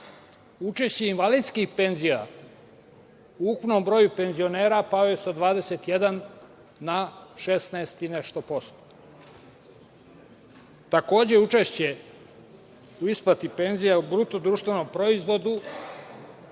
invalidskih penzija u ukupnom broju penzionera pao je sa 21 na 16 i nešto posto. Takođe, učešće u isplati penzija u bruto-društvenom proizvodu